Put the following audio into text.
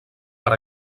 per